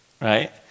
right